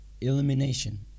Elimination